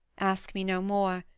ask me no more,